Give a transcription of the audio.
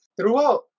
throughout